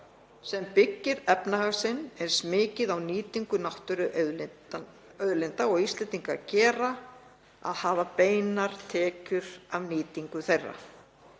sem byggir efnahag sinn eins mikið á nýtingu náttúruauðlinda og Íslendingar gera að hafa beinar tekjur af nýtingu þeirra.